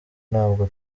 ntabwo